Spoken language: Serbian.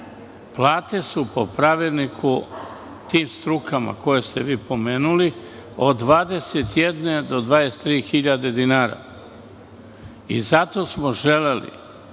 plate su po pravilniku tim strukama koje ste vi pomenuli, od 21 do 23 hiljade dinara. I zato smo želeli